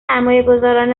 سرمایهگذاران